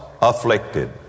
afflicted